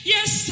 Yes